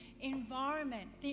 Environment